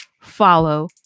follow